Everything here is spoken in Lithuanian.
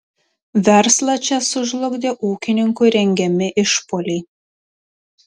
verslą čia sužlugdė ūkininkų rengiami išpuoliai